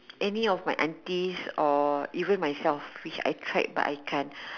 any of my aunties or even myself which I tried but I can't